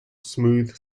smooth